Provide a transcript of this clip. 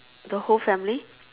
the whole family